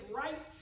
right